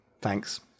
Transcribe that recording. Thanks